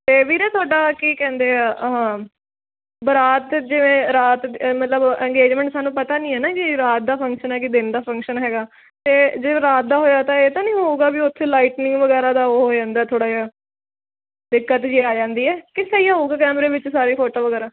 ਅਤੇ ਵੀਰੇ ਤੁਹਾਡਾ ਕੀ ਕਹਿੰਦੇ ਆ ਆਹਾ ਬਰਾਤ ਜਿਵੇਂ ਰਾਤ ਮਤਲਬ ਇੰਗੇਜਮੈਂਟ ਸਾਨੂੰ ਪਤਾ ਨਹੀਂ ਹੈ ਨਾ ਜੀ ਰਾਤ ਦਾ ਫੰਕਸ਼ਨ ਹੈ ਕਿ ਦਿਨ ਦਾ ਫੰਕਸ਼ਨ ਹੈਗਾ ਅਤੇ ਜੇ ਰਾਤ ਦਾ ਹੋਇਆ ਤਾਂ ਇਹ ਤਾਂ ਨਹੀਂ ਹੋਵੇਗਾ ਵੀ ਉੱਥੇ ਲਾਈਟਨਿੰਗ ਵਗੈਰਾ ਦਾ ਉਹ ਹੋ ਜਾਂਦਾ ਥੋੜ੍ਹਾ ਜਿਹਾ ਦਿੱਕਤ ਜੀ ਆ ਜਾਂਦੀ ਹੈ ਕਿ ਸਹੀ ਹੋਵੇਗਾ ਕੈਮਰੇ ਵਿੱਚ ਸਾਰੇ ਫੋਟੋ ਵਗੈਰਾ